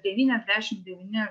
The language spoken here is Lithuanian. devyniasdešim devyni